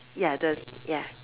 ya the ya